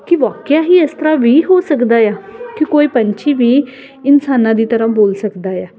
ਕਿ ਵਾਕਿਆ ਹੀ ਇਸ ਤਰ੍ਹਾਂ ਵੀ ਹੋ ਸਕਦਾ ਆ ਕਿ ਕੋਈ ਪੰਛੀ ਵੀ ਇਨਸਾਨਾਂ ਦੀ ਤਰ੍ਹਾਂ ਬੋਲ ਸਕਦਾ ਆ